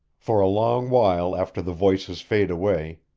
for a long while after the voices faded away,